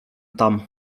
tam